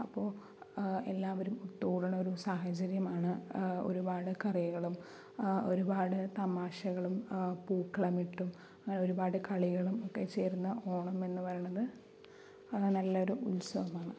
അപ്പോൾ എല്ലാവരും ഒത്തുകൂടണ ഒരു സാഹചര്യമാണ് ഒരുപാട് കറികളും ഒരുപാട് തമാശകളും പൂക്കളമിട്ടും അങ്ങനെ ഒരുപാട് കളികളും ഒക്കെ ചേരുന്ന ഓണം എന്ന് പറയണത് നല്ലൊരു ഉത്സവമാണ്